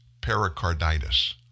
Pericarditis